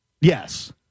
Yes